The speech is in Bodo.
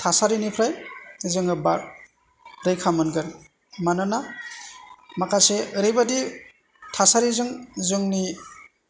थासारिनिफ्राय जोङो रैखा मोनगोन मानोना माखासे ओरैबादि थासारिजों जोंनि